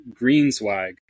Greenswag